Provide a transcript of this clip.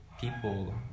people